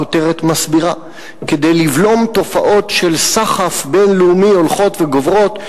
הכותרת מסבירה: כדי לבלום תופעות של סחף בין-לאומי הולכות וגוברות,